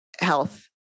health